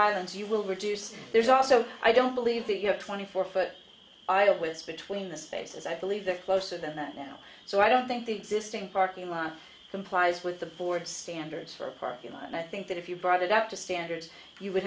islands you will reduce there's also i don't believe that you have twenty four foot i don't wince between the spaces i believe they're closer than that now so i don't think the existing parking lot complies with the board standards for a parking lot and i think that if you brought it up to standards you would